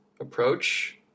approach